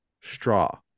straw